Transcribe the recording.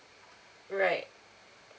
right